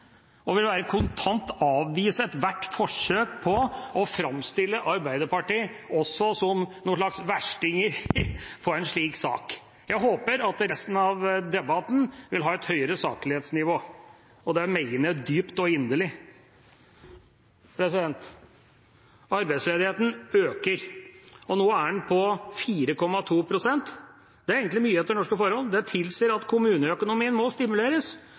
og jeg vil bare kontant avvise ethvert forsøk på å framstille Arbeiderpartiet også som en slags versting i en slik sak. Jeg håper at resten av debatten vil ha et høyere saklighetsnivå, og det mener jeg dypt og inderlig. Arbeidsledigheten øker, og nå er den på 4,2 pst. Det er egentlig mye etter norske forhold. Det tilsier at kommuneøkonomien må stimuleres